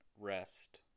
rest